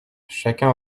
chacun